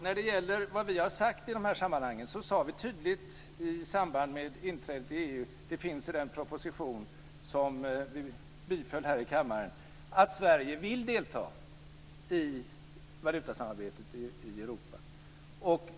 När det gäller vad vi har sagt i dessa sammanhang sade vi tydligt i samband med inträdet i EU - det står i den proposition som vi biföll här i kammaren - att Sverige vill delta i valutasamarbetet i Europa.